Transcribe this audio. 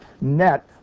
net